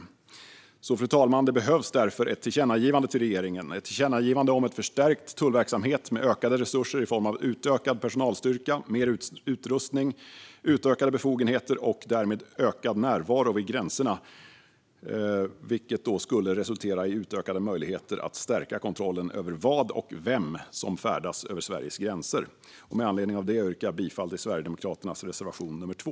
Därför, fru talman, behövs ett tillkännagivande till regeringen om en förstärkt tullverksamhet med ökade resurser i form av utökad personalstyrka, mer utrustning, utökade befogenheter och därmed ökad närvaro vid gränserna, vilket skulle resultera i utökade möjligheter att stärka kontrollen över vad och vem som färdas över Sveriges gränser. Med anledning av detta yrkar jag bifall till Sverigedemokraternas reservation nr 2.